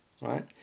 right